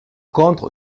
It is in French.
contre